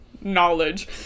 knowledge